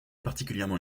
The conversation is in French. particulièrement